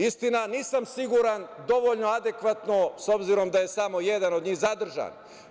Istina, nisam siguran da li dovoljno adekvatno, s obzirom da je samo jedan od njih zadržan.